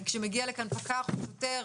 כשמגיע לכאן פקח או שוטר,